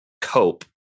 Cope